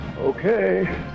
Okay